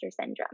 syndrome